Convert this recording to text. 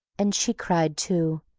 and she cried too,